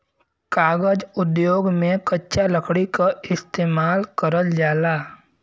कागज उद्योग में कच्चा लकड़ी क इस्तेमाल करल जाला